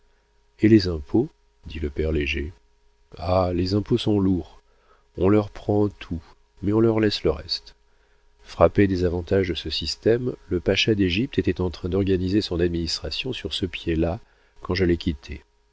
et les impôts dit le père léger ah les impôts sont lourds on leur prend tout mais on leur laisse le reste frappé des avantages de ce système le pacha d'égypte était en train d'organiser son administration sur ce pied-là quand je l'ai quitté